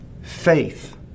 Faith